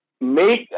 make